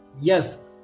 Yes